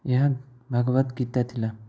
ଏହା ଭଗବତ୍ ଗୀତା ଥିଲା